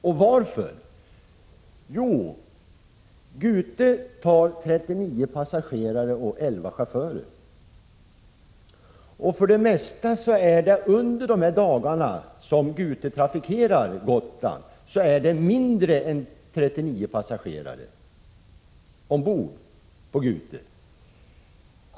Gute tar nämligen 39 passagerare och 11 bilar med chaufförer, och för det mesta är det under de dagar, då Gute trafikerar Gotland, färre än 39 passagerare ombord.